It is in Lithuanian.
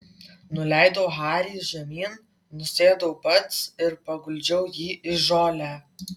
nuleidau harį žemyn nusėdau pats ir paguldžiau jį į žolę